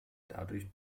dadurch